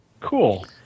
Cool